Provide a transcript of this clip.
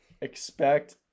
expect